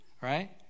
right